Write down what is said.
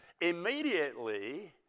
Immediately